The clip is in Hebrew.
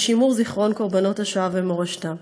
מייחס לשימור זיכרון קורבנות השואה ומורשתם.